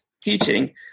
teaching